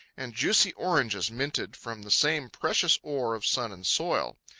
and juicy oranges minted from the same precious ore of sun and soil.